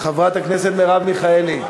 חברת הכנסת מרב מיכאלי,